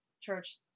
church